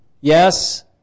Yes